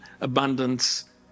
abundance